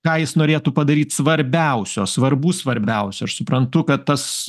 ką jis norėtų padaryt svarbiausio svarbų svarbiausia aš suprantu kad tas